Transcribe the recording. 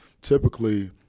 typically